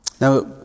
Now